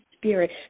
spirit